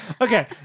Okay